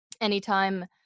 anytime